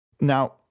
Now